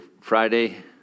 Friday